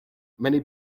many